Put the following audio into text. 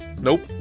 Nope